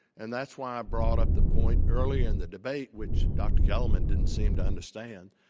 and that's why i brought up the point earlier in the debate, which dr. kellermann didn't seem to understand,